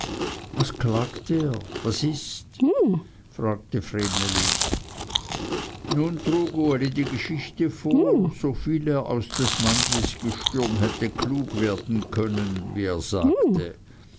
was klagt er was ist frug vreneli nun trug uli die geschichte vor soviel er aus des mannlis gestürm hätte klug werden können wie er sagte